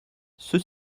ceux